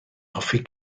hoffi